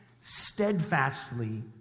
steadfastly